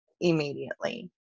immediately